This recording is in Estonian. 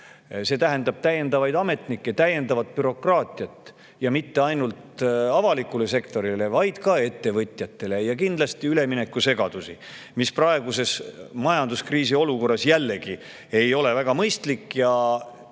See tähendab täiendavaid ametnikke, täiendavat bürokraatiat ja mitte ainult avalikus sektoris, vaid ka ettevõtluses, ja kindlasti üleminekusegadusi, mis praeguses majanduskriisi olukorras ei ole jällegi väga mõistlik.